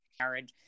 marriage